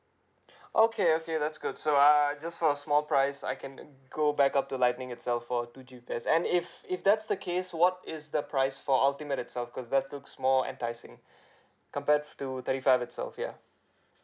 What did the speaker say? okay okay that's good so that uh just for a small price I can uh go back up to lightning itself for two gigabytes and if if that's the case what is the price for ultimate itself cause that looks more enticing compared to thirty five itself yeah